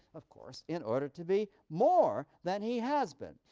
of course, in order to be more than he has been.